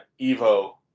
Evo